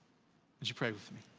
would you pray with me?